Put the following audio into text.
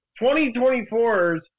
2024's